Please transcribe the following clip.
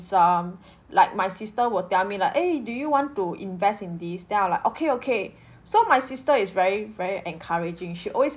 um like my sister will tell me like eh do you want to invest in this then I'll like okay okay so my sister is very very encouraging she always